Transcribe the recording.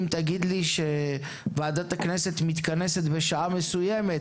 או אם תגיד לי שוועדת הכנסת מתכנסת בשעה מסוימת